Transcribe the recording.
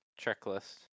checklist